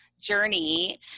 journey